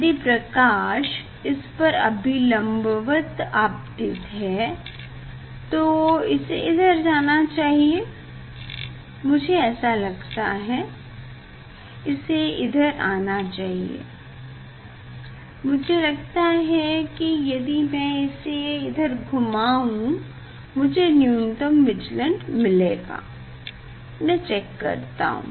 यदि प्रकाश इस पर अभिलम्बवत आपतित है तो इसे इधर जाना चाहिए मुझे इसे लगता है इसे इधर आना चाहिए मुझे लगता है कि यदि मैं इसे इधर घुमाऊ मुझे न्यूनतम विचलन मिलेगा मैं चेक करता हूँ